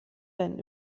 wenn